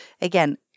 again